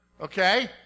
okay